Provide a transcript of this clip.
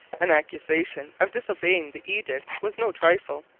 an accusation of disobeying the edict was no trifle,